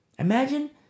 imagine